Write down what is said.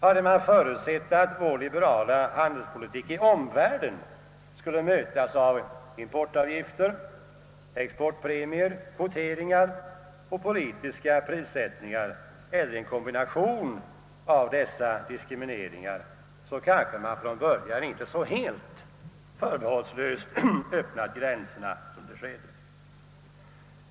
Hade vi förutsett att vår liberala handelspolitik i omvärlden skulle mötas med importavgifter, exportpremier, kvoteringar och politiska prissättningar eller en kombination av dessa diskrimineringar, kanske vi från början inte så helt förbehållslöst öppnat gränserna.